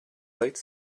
late